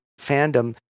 fandom